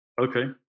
Okay